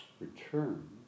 return